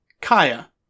Kaya